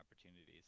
opportunities